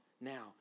now